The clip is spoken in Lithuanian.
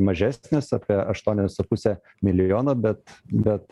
mažesnis apie aštuonis su puse milijono bet bet